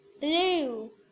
Blue